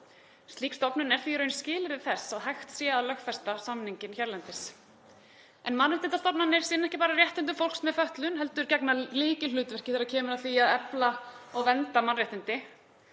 Slík stofnun er því í raun skilyrði þess að hægt sé að lögfesta samninginn hérlendis. En mannréttindastofnanir sinna ekki bara réttindum fólks með fötlun heldur gegna þær lykilhlutverki þegar kemur að því að efla og vernda mannréttindi.